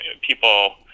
People